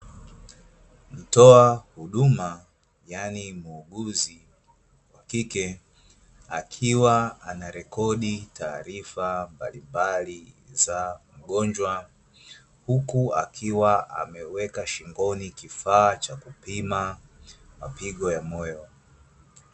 Mtoa huduma yaani muuguzi wa kike akiwa anarekodi taarifa mbalimbali za mgonjwa, huku akiwa ameweka shingoni kifaa cha kupima mapigo ya moyo.